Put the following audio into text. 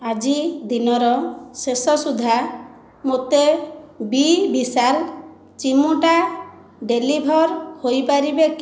ଆଜି ଦିନର ଶେଷ ସୁଦ୍ଧା ମୋତେ ବି ବିଶାଲ ଚିମୁଟା ଡେଲିଭର୍ ହୋଇ ପାରିବ କି